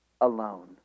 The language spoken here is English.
alone